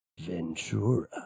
Ventura